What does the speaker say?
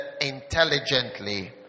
intelligently